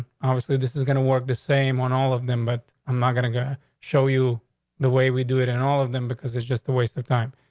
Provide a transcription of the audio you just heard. obviously, this is gonna work the same on all of them, but i'm not gonna go show you the way we do it in all of them because it's just a waste of time.